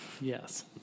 yes